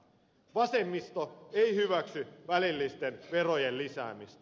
vasemmisto ei hyväksy välillisten verojen lisäämistä